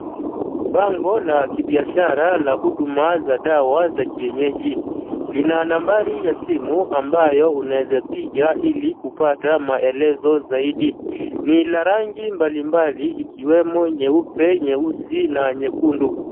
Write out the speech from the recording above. Bango la kibiashara la huduma za dawa za kienyeji, lina nambari ya simu ambayo unaweza piga ili kupata maelezo zaidi, ni la rangi mbalimbali, ikiwemo nyeupe, nyeusi na nyekundu.